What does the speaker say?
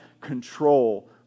control